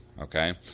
Okay